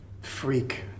freak